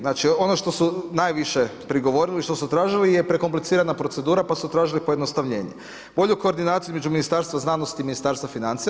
Znači, ono što su najviše prigovorili, što su tražili je prekomplicirana procedura, pa su tražili pojednostavljenje, bolju koordinaciju između Ministarstva znanosti i Ministarstva financija.